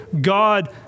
God